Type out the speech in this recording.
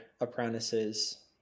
apprentices